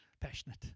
passionate